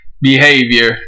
behavior